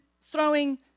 throwing